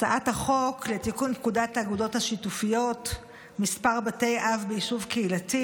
הצעת החוק לתיקון פקודת האגודות השיתופיות (מספר בתי אב ביישוב קהילתי)